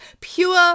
pure